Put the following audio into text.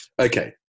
Okay